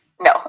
No